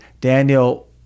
Daniel